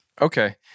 Okay